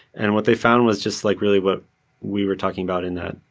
and what they found was just like really what we were talking about in that,